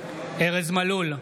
ארז מלול,